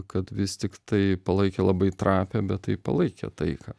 kad vis tiktai palaikė labai trapią bet tai palaikė taiką